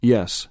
Yes